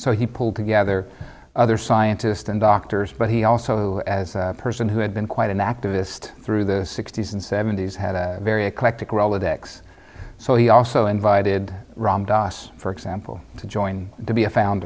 so he pulled together other scientists and doctors but he also as a person who had been quite an activist through the sixty's and seventy's had a very eclectic relative x so he also invited rob das for example to join to be a found